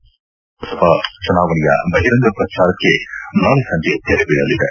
ಆರನೇ ಹಂತದ ಲೋಕಸಭಾ ಚುನಾವಣೆಯ ಬಹಿರಂಗ ಪ್ರಚಾರಕ್ಕೆ ನಾಳೆ ಸಂಜೆ ತೆರೆಬೀಳಲಿದೆ